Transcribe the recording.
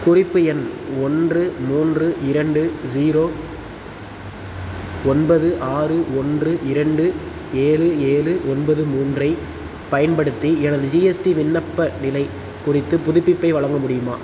குறிப்பு எண் ஒன்று மூன்று இரண்டு ஜீரோ ஒன்பது ஆறு ஒன்று இரண்டு ஏழு ஏழு ஒன்பது மூன்றை பயன்படுத்தி எனது ஜிஎஸ்டி விண்ணப்ப நிலை குறித்த புதுப்பிப்பை வழங்க முடியுமா